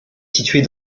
située